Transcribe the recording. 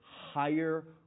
higher